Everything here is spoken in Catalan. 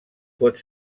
pot